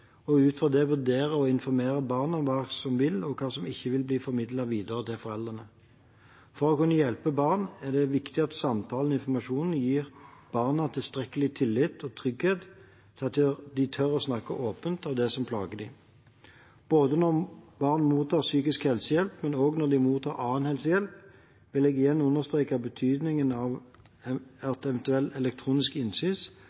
og ut fra det vurderer å informere barnet om hva som vil, og hva som ikke vil, bli formidlet videre til foreldrene. For å kunne hjelpe barn er det viktig at samtalen og informasjonen gir barna tilstrekkelig tillit og trygghet til at de tør å snakke åpent om det som plager dem. Både når barn mottar psykisk helsehjelp, og når de mottar annen helsehjelp, vil jeg igjen understreke betydningen av